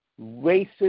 racist